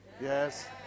Yes